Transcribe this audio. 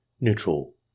neutral